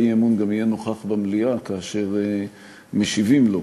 האי-אמון יהיה נוכח במליאה כאשר משיבים לו.